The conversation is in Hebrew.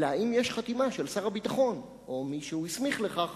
אלא אם יש חתימה של שר הביטחון או מי שהוא הסמיך לכך